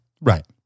Right